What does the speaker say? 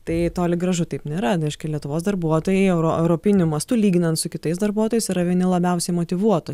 tai toli gražu taip nėra tai reiškia lietuvos darbuotojai euro europiniu mastu lyginant su kitais darbuotojais yra vieni labiausiai motyvuotų